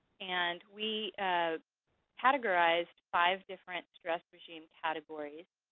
and we categorized five different stress regime categories.